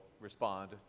respond